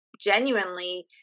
genuinely